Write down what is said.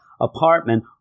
apartment